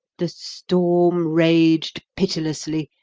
the storm raged pitilessly,